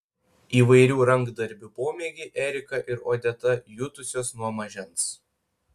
įvairių rankdarbių pomėgį erika ir odeta jutusios nuo mažens